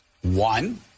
One